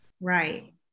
Right